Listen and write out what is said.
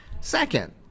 Second